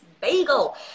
bagel